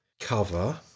cover